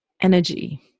energy